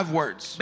words